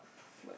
but